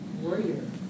Warrior